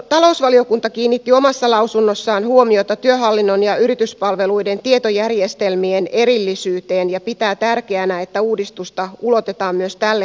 talousvaliokunta kiinnitti omassa lausunnossaan huomiota työhallinnon ja yrityspalveluiden tietojärjestelmien erillisyyteen ja pitää tärkeänä että uudistusta ulotetaan myös tälle puolelle